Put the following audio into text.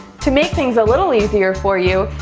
to make things a little easier for you,